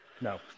no